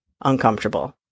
uncomfortable